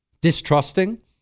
distrusting